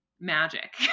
magic